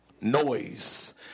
noise